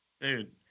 Dude